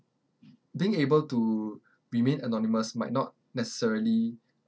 being able to remain anonymous might not necessarily